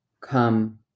Come